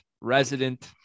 resident